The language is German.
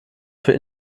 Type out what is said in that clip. für